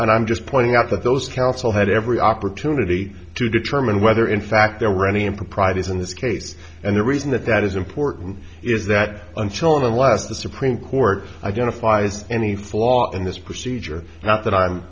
and i'm just pointing out that those counsel had every opportunity to determine whether in fact there were any improprieties in this case and the reason that that is important is that until and unless the supreme court identifies any flaw in this procedure not that i'm